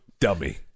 dummy